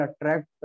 attract